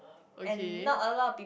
okay